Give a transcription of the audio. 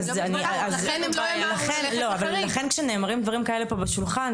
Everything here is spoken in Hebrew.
לכן כשנאמרים דברים כאלה פה בשולחן,